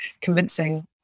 convincing